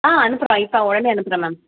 ஆ அனுப்புகிறோம் இப்போ உடனே அனுப்புகிறோம் மேம்